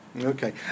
Okay